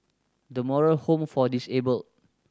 The Moral Home for Disabled